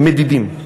הם מדידים.